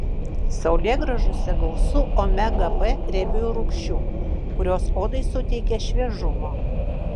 saulėgrąžose gausu omega b riebiųjų rūgščių kurios odai suteikia šviežumo